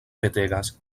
petegas